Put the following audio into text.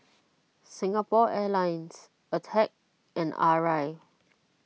Singapore Airlines Attack and Arai